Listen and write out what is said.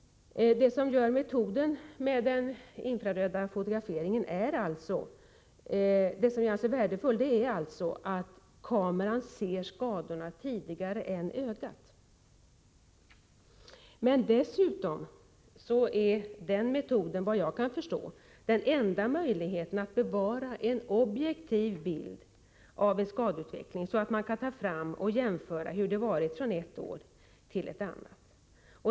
Det som gör metoden med fotografering med infrarött ljus så värdefull är att kameran ser skadorna på ett tidigare stadium än vad ögat gör. Dessutom är den metoden såvitt jag kan förstå den enda möjligheten att bevara en objektiv bild av skadeutvecklingen, så att man kan jämföra från ett år till ett annat.